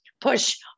push